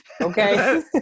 Okay